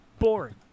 boring